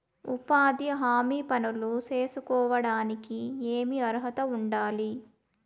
ఉపాధి హామీ పనులు సేసుకోవడానికి ఏమి అర్హత ఉండాలి?